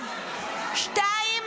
1. בנוסף,